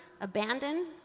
abandoned